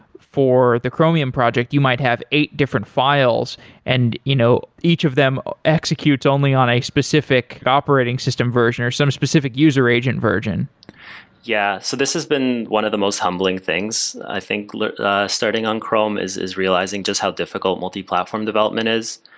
for the chromium project, you might have eight different files and you know each of them execute only on a specific operating system version, or some specific user agent version yeah. so this has been one of the most humbling things. i think ah starting on chrome is is realizing just how difficult multi-platform development is,